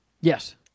Yes